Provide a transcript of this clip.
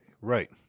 right